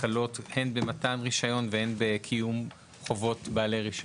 הקלות הן במתן רישיון והן בקיום חובות בעלי רישיון.